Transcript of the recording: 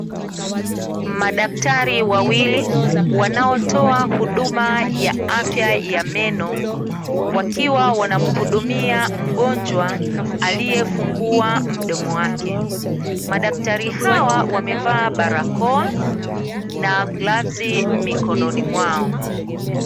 Madaktari wawili wanaotoa huduma ya afya ya meno, wakiwa wanamhudumia mgonjwa aliyefungua mdomo wake. Madaktari hawa wamevaa barakoa na glavu mikononi mwao.